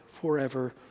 forever